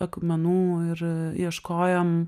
akmenų ir ieškojom